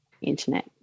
internet